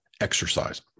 exercise